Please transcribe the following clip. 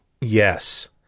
Yes